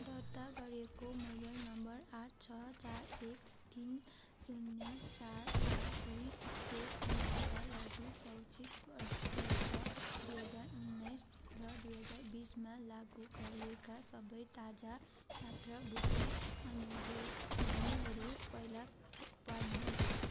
दर्ता गरिएको mobile number आठ छ चार एक तिन शून्य चार आठ दुई एक नौका लागि शौक्षिक वर्ष दुई हजार उन्नाइस र दुई हजार बिसमा लागु गरिएका सबै ताजा छात्रवृत्ति अनुवेदनहरू फेला पार्नुहोस्